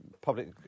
public